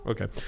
Okay